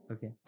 Okay